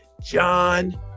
John